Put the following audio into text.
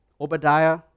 Obadiah